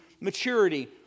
maturity